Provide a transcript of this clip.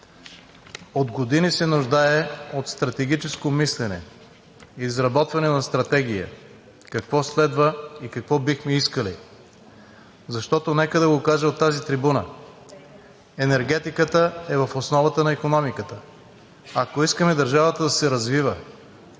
от години се нуждае от стратегическо мислене, изработване на стратегия какво следва и какво бихме искали. Защото, нека да го кажа от тази трибуна, енергетиката е в основата на икономиката. Ако искаме държавата да се развива,